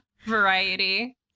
variety